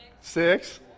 Six